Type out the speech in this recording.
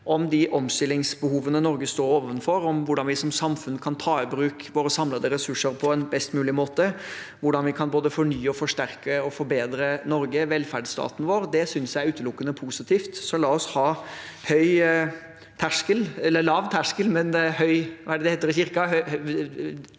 om de omstillingsbehovene Norge står overfor, og om hvordan vi som samfunn kan ta i bruk våre samlede ressurser på en best mulig måte, hvordan vi kan både fornye, forsterke og forbedre Norge og velferdsstaten vår, synes jeg er utelukkende positivt. La oss ha lav terskel, men døren vid og porten høy, som det heter i kirken,